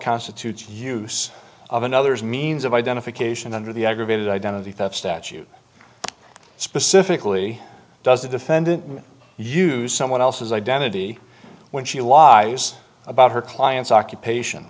constitutes use of another's means of identification under the aggravated identity theft statute specifically does the defendant use someone else's identity when she lies about her client's occupation